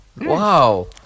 Wow